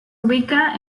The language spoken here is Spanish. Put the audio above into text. ubica